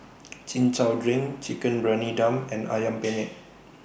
Chin Chow Drink Chicken Briyani Dum and Ayam Penyet